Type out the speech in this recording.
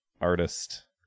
artist